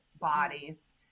bodies